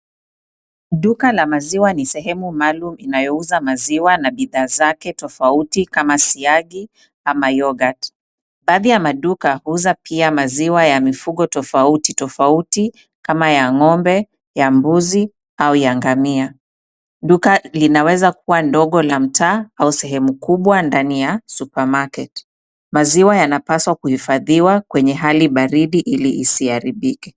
Duka la maziwa ni sehemu maalum inayouza maziwa na bidhaa zake tofauti kama siagi, ama yogurt . Baadhi ya maduka huuza pia maziwa ya mifugo tofauti tofauti kama ya ng'ombe, ya mbuzi, au ya ngamia. Duka linaweza kuwa ndogo la mtaa au sehemu kubwa ndani ya supermarket . Maziwa yanapaswa kuhifadhiwa kwenye hali baridi ili isiharibike.